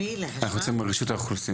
אנחנו רוצים את רשות האוכלוסין.